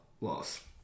loss